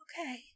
okay